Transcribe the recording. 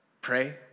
pray